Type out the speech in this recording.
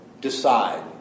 decide